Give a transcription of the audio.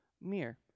mirror